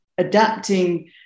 adapting